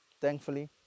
thankfully